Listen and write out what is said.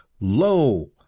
Lo